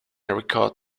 record